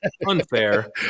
unfair